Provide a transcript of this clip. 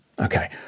Okay